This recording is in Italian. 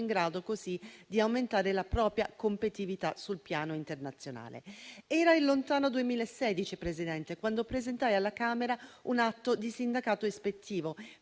in grado così di aumentare la propria competitività sul piano internazionale. Era il lontano 2016, signora Presidente, quando presentai alla Camera un atto di sindacato ispettivo